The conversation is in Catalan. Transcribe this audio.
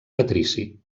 patrici